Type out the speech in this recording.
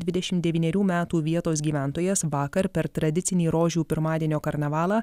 dvidešim devynerių metų vietos gyventojas vakar per tradicinį rožių pirmadienio karnavalą